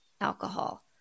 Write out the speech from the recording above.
alcohol